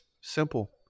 Simple